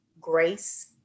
grace